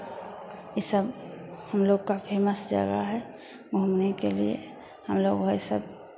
ई सब हम लोग का फ़ेमस जगह है घूमने के लिए हम लोग वही सब